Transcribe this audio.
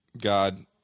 God